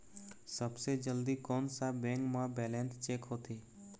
सबसे जल्दी कोन सा बैंक म बैलेंस चेक होथे?